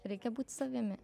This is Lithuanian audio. reikia būt savimi